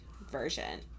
version